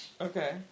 Okay